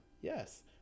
yes